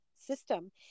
system